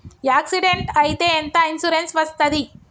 Accident అయితే ఎంత insurance వస్తది?